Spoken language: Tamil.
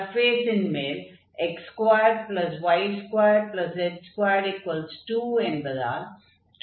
சர்ஃபேஸின் மேல் x2y2z22 என்பதால் 2x2y2z222 ஆகும்